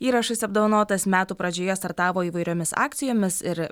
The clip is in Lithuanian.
įrašais apdovanotas metų pradžioje startavo įvairiomis akcijomis ir